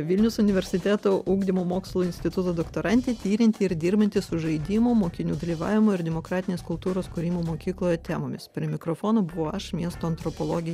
vilniaus universiteto ugdymo mokslų instituto doktorantė tirianti ir dirbanti su žaidimų mokinių dalyvavimo ir demokratinės kultūros kūrimo mokykloje temomis prie mikrofono buvau aš miestų antropologė